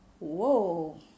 whoa